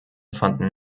fanden